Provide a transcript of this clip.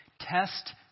test